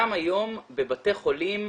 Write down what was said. גם היום בבתי חולים,